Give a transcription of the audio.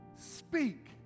speak